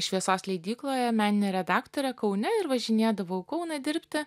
šviesos leidykloje menine redaktore kaune ir važinėdavau į kauną dirbti